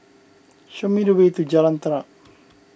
show me the way to Jalan Terap